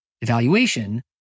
evaluation